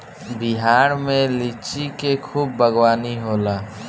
बिहार में लिची के खूब बागवानी होला